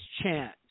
chant